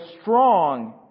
strong